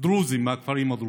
דרוזים מהכפרים הדרוזיים.